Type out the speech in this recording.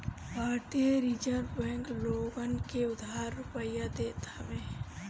भारतीय reserve bank लोगन के उधार रुपिया देत हवे